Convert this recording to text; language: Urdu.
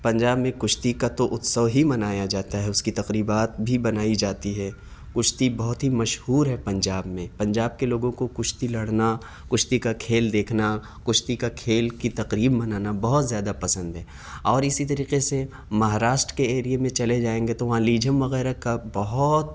پنجاب میں کشتی کا تو اتسو ہی منایا جاتا ہے اس کی تقریبات بھی بنائی جاتی ہے کشتی بہت ہی مشہور ہے پنجاب میں پنجاب کے لوگوں کو کشتی لڑنا کشتی کا کھیل دیکھنا کشتی کا کھیل کی تقریب منانا بہت زیادہ پسند ہے اور اسی طریقے سے مہاراشٹر کے ایریے میں چلے جائیں گے تو وہاں لیجھم وغیرہ کا بہت